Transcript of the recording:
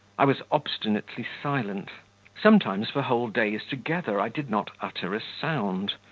i was obstinately silent sometimes for whole days together i did not utter a sound.